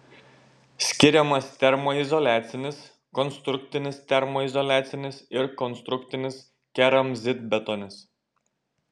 skiriamas termoizoliacinis konstrukcinis termoizoliacinis ir konstrukcinis keramzitbetonis